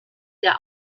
der